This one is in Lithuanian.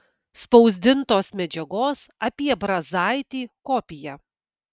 spausdintos medžiagos apie brazaitį kopija